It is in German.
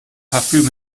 parfüm